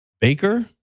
Baker